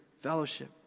fellowship